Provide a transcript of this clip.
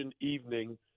evening